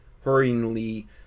hurriedly